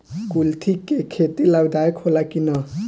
कुलथी के खेती लाभदायक होला कि न?